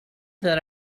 that